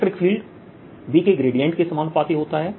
electric field V के gradient के समानुपाती होता है